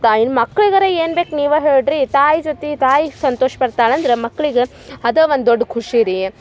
ತ ಇನ್ನ ಮಕ್ಕಳಿಗರ ಏನು ಬೇಕು ನೀವ ಹೇಳಿ ರೀ ತಾಯಿ ಜೊತೆ ತಾಯಿ ಸಂತೋಷ ಪಡ್ತಾಳೆ ಅಂದ್ರ ಮಕ್ಳಿಗೆ ಅದ ಒಂದು ದೊಡ್ಡ ಖುಷಿ ರೀ